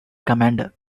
commander